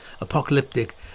apocalyptic